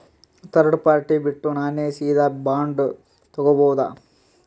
Third party ಬಿಟ್ಟು ನಾನೇ ಸೀದಾ ಬಾಂಡ್ ತೋಗೊಭೌದಾ?